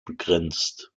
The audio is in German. begrenzt